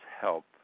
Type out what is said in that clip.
help